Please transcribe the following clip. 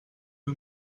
who